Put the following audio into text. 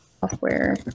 Software